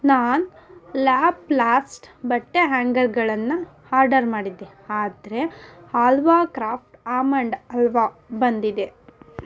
ನಾನು ಲಾಪ್ಲಾಸ್ಟ್ ಬಟ್ಟೆ ಹ್ಯಾಂಗರ್ಗಳನ್ನು ಆರ್ಡರ್ ಮಾಡಿದ್ದೆ ಆದರೆ ಆಲ್ವಾ ಕ್ರಾಫ್ಟ್ ಆಮಂಡ್ ಆಲ್ವ ಬಂದಿದೆ